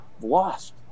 lost